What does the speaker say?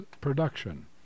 production